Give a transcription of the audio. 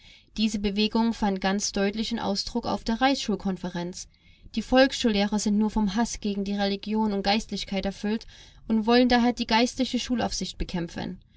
diese bewegung fand ganz deutlichen ausdruck auf der reichsschulkonferenz die volksschullehrer sind nur vom haß gegen die religion und geistlichkeit erfüllt und wollen daher die geistliche schulaufsicht bekämpfen